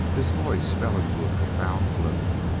his voice fell into a profound gloom.